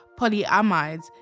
polyamides